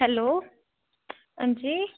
hello हां जी